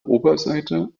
oberseite